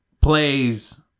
plays